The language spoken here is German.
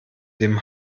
dem